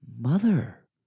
Mother